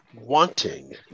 wanting